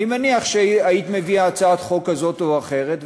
אני מניח שהיית מביאה הצעת חוק כזאת או אחרת,